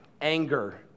anger